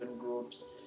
groups